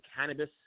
cannabis